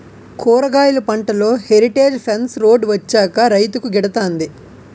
కూరగాయలు పంటలో heritage fence road వచ్చాక రైతుకు గిడతంది